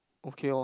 okay lor